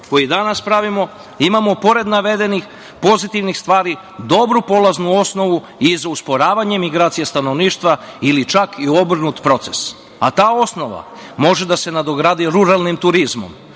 koji danas pravimo, imamo pored navedenih pozitivnih stvari dobru polaznu osnovu i za usporavanje migracija stanovništva ili čak i u obrnutom procesu. Ta osnova može da se nadogradi ruralnim turizmom,